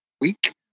week